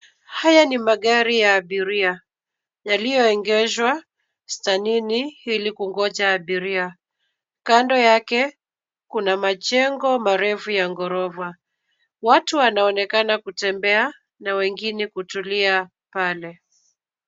Haya ni magari ya abiria yaliyoegeshwa stanini ili kungoja abiria. Kando yake kuna majengo marefu ya gorofa. Watu wanaonekana kutembea na wengine kutulia pale.